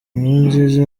nkurunziza